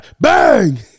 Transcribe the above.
Bang